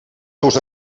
seus